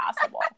possible